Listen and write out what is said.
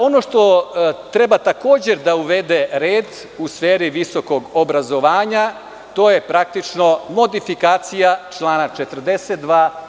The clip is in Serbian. Ono što treba takođe da uvede red u sferi visokog obrazovanja to je praktično modifikacija člana 42.